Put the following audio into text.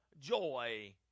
joy